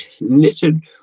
knitted